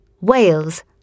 wales